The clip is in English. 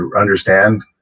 understand